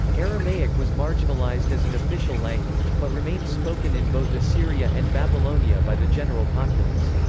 aramaic was marginalised as an official language, but remained spoken in both assyria and babylonia by the general populace.